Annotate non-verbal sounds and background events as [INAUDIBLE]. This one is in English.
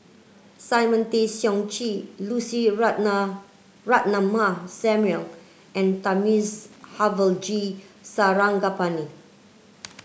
Simon Tay Seong Chee Lucy [UNINTELLIGIBLE] Ratnammah Samuel and Thamizhavel G Sarangapani